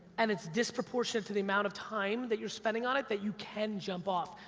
and it's disproportionate to the amount of time that you're spending on it that you can jump off.